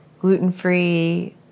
gluten-free